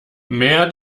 mehr